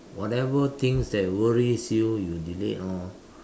whatever things that worries you you delete lor